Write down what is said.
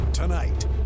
Tonight